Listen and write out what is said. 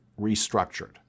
restructured